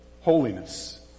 holiness